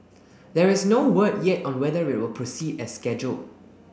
there is no word yet on whether it will proceed as scheduled